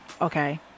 Okay